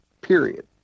Period